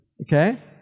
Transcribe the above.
okay